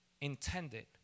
intended